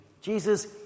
Jesus